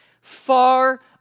far